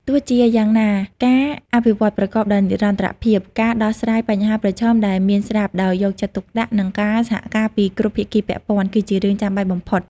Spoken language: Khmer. ទោះជាយ៉ាងណា ការអភិវឌ្ឍប្រកបដោយនិរន្តរភាព ការដោះស្រាយបញ្ហាប្រឈមដែលមានស្រាប់ដោយយកចិត្តទុកដាក់ និងការសហការពីគ្រប់ភាគីពាក់ព័ន្ធ គឺជារឿងចាំបាច់បំផុត។